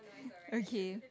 okay